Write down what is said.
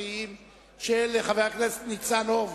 של חבר הכנסת ניצן הורוביץ.